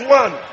one